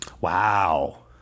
Wow